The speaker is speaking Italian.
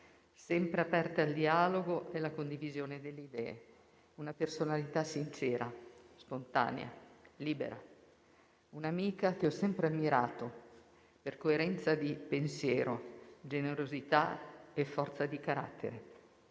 sempre aperta al dialogo e alla condivisione delle idee. Una personalità sincera, spontanea, libera; un'amica che ho sempre ammirato per coerenza di pensiero, generosità e forza di carattere.